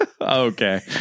okay